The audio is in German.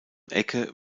ecke